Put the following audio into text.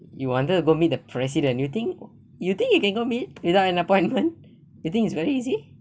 you wanted to go meet the president you think you think you can go meet without an appointment you think is very easy